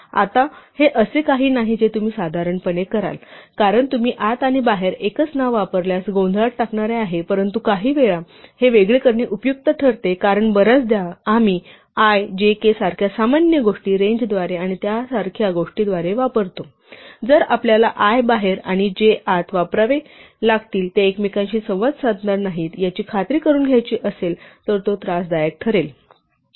आता हे असे काही नाही जे तुम्ही साधारणपणे कराल कारण तुम्ही आत आणि बाहेर एकच नाव वापरल्यास गोंधळात टाकणारे आहे परंतु काहीवेळा हे वेगळे करणे उपयुक्त ठरते कारण बर्याचदा आम्ही ijk सारख्या सामान्य गोष्टी रेंज द्वारे आणि त्यासारख्या गोष्टी द्वारे वापरतो आणि जर आपल्याला i बाहेर आणि j आत वापरावे लागतील आणि ते एकमेकांशी संवाद साधणार नाहीत याची खात्री करून घ्यायची असेल तर तो त्रासदायक ठरेल